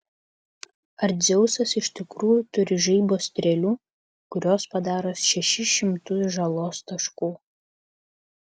ar dzeusas iš tikrųjų turi žaibo strėlių kurios padaro šešis šimtus žalos taškų